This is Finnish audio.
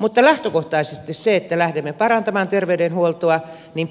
mutta lähtökohtaisesti kun lähdemme parantamaan terveydenhuoltoa